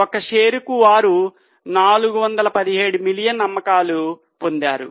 ఒక్క షేర్ కు వారు 417 మిలియన్ అమ్మకాలు పొందారు